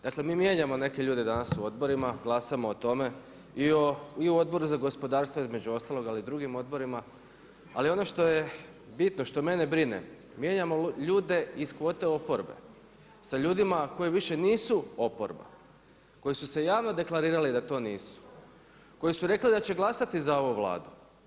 Dakle mi mijenjamo neke ljude danas u odborima, glasamo o tome i u Odboru za gospodarstvo između ostalog, ali i u drugim odborima, ali ono što je bitno što mene brine, mijenjamo ljude iz kvote oporbe sa ljudima koji više nisu oporba, koji su se javno deklarirali da to nisu, koji su rekli da će glasati za ovu Vladu.